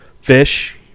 fish